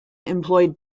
employed